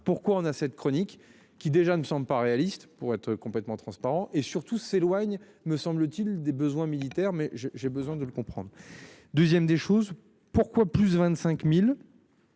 Pourquoi on a cette chronique qui déjà ne semble pas réaliste pour être complètement transparent et surtout s'éloigne, me semble-t-il des besoins militaires mais je, j'ai besoin de le comprendre. 2ème des choses, pourquoi. Plus de 25.000.